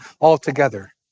altogether